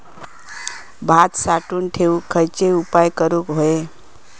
भात साठवून ठेवूक खयचे उपाय करूक व्हये?